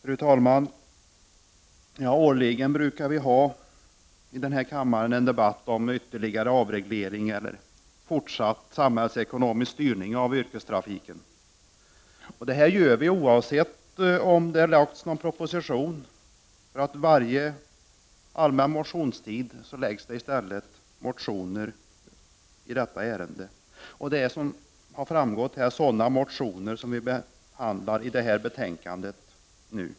Fru talman! Årligen brukar vi här i kammaren föra en debatt om ytterligare avreglering eller fortsatt samhällsekonomisk styrning av yrkestrafiken. Det gör vi oavsett om någon proposition lagts fram. Motioner väcks i detta ärende under den allmänna motionstiden, och det är sådana motioner som trafikutskottets betänkande 3 innehåller och som vi nu behandlar.